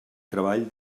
treball